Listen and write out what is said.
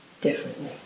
differently